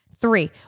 three